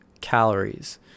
calories